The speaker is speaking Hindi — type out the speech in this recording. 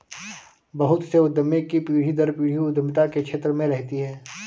बहुत से उद्यमी की पीढ़ी दर पीढ़ी उद्यमिता के क्षेत्र में रहती है